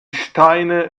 steine